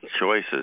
choices